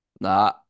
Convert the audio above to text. Nah